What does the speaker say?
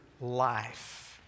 life